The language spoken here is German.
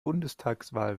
bundestagswahl